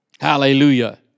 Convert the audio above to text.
hallelujah